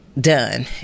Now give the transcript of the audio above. done